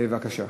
בבקשה.